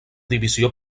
divisió